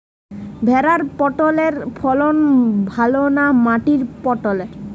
ভেরার পটলের ফলন ভালো না মাটির পটলের?